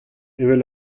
evel